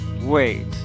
wait